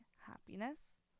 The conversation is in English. happiness